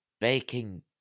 baking